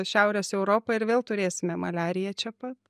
šiaurės europą ir vėl turėsime maliariją čia pat